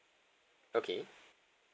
okay